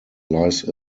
lies